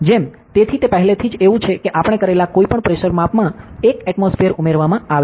જેમ તેથી તે પહેલેથી જ એવું છે કે આપણે કરેલા કોઈપણ પ્રેશર માપમાં 1 એટમોસ્ફિઅર ઉમેરવામાં આવે છે